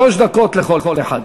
שלוש דקות לכל אחד.